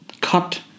Cut